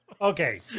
Okay